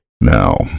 Now